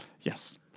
Yes